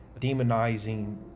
demonizing